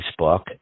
Facebook